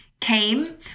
came